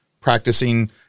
practicing